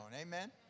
Amen